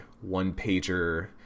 one-pager